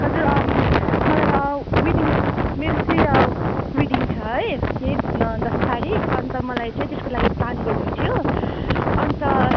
हजुर मलाई वेडिङ मेरो चाहिँ वेडिङ छ है यही दस तारिक अन्त मलाई चाहिँ त्यसको लागि प्लान गर्नु थियो अन्त